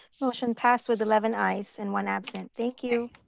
motion passed with eleven ayes and one absent. thank you.